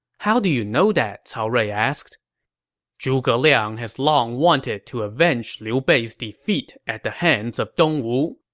how do you know that? cao rui asked zhuge liang has long wanted to avenge liu bei's defeat at the hands of dongwu.